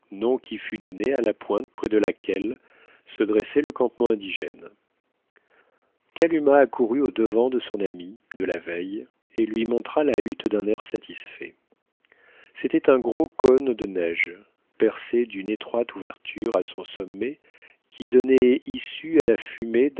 qui fut donné à la pointe près de laquelle se dressait le campement indigène kalumah accourut au-devant de son amie de la veille et lui montra la hutte d'un air satisfait c'était un gros cône de neige percé d'une étroite ouverture à son sommet qui donnait issue à la fumée